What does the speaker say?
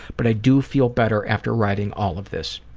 but i do feel better after writing all of this.